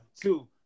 two